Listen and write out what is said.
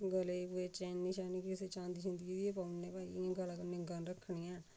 गले च कोई चैनी छैनी किसे चांदी चुंदी दी गै पौने भई इ'यां गला नंगा नेईं रक्खने ऐं